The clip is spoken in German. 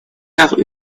nach